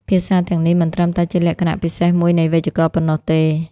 ភាសាទាំងនេះមិនត្រឹមតែជាលក្ខណៈពិសេសមួយនៃវេយ្យាករណ៍ប៉ុណ្ណោះទេ។